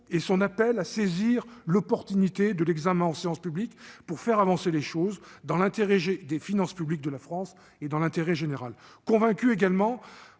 et son appel à saisir l'occasion de l'examen en séance publique pour faire avancer les choses, dans l'intérêt des finances publiques de la France et dans l'intérêt général. J'ai été convaincu également